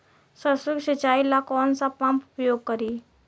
सरसो के सिंचाई ला कौन सा पंप उपयोग करी?